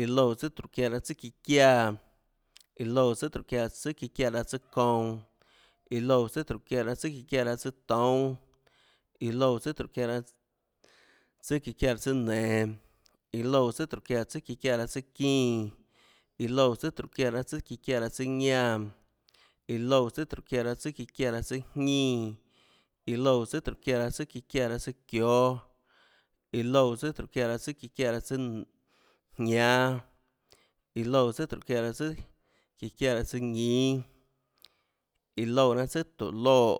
iã loúã tsùà tróhå çiáã raâ tsùà çiã çiáã, iã loúã tsùàtróhå çiáã tsùâ çíã çiáã raâ tsùâ kounã. iã loúã tsùàtróhå çiáã tsùâ çíã çiáã raâ tsùâtoúnâ, iã loúã tsùàtróhå çiáã tsùâ çíã çiáã raâ tsùâ nenå. iã loúã tsùàtróhå çiáã tsùâ çíã çiáã raâ tsùâ çínã, iã loúã tsùàtróhå çiáã tsùâ çíã çiáã raâ tsùâ ñánã. iã loúã raâ tsùàtróhå çiáã tsùâ çíã çiáã raâ tsùâ jñínã. iã loúã tsùàtróhå çiáã tsùâ çíã çiáã raâ tsùâ çióâ, iã loúã tsùàtróhå çiáã tsùâ çíã çiáã raâ tsùâ jñánâ. iã loúã tsùàtróhå çiáã tsùâ çíã çiáã raâ tsùâ ñínâ, iã loúã raâ tsùà tóå loè.